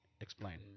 Explain